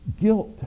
Guilt